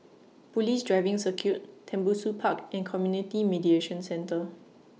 Police Driving Circuit Tembusu Park and Community Mediation Centre